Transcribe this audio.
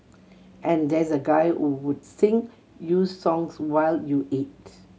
and there's a guy who would sing you songs while you eat